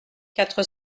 quatre